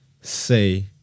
say